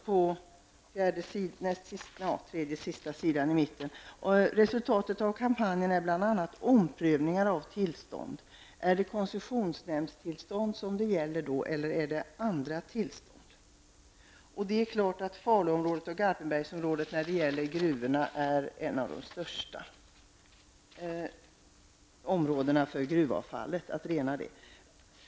Miljöministern sade i sitt svar att resultatet av kampanjen bl.a. är omprövningar av tillstånd. Gäller det koncessionsnämndens tillstånd eller rör det sig om andra tillstånd? När det gäller gruvorna är Garpenbergsområdet och Falun området två av de områden där rening av gruvavfallet främst behöver ske.